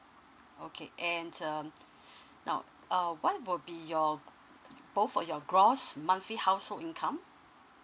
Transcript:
okay and um now err what will be your both for your gloss monthly household income